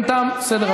פספסת.